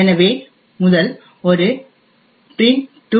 எனவே முதல் ஒரு print2